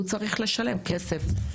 וכשיוצאים צריכים לשלם כסף.